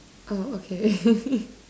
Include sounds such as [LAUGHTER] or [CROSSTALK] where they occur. oh okay [LAUGHS]